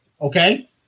Okay